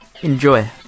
Enjoy